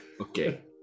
Okay